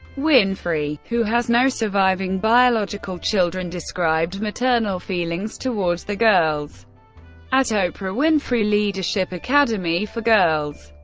winfrey, who has no surviving biological children, described maternal feelings towards the girls at oprah winfrey leadership academy for girls.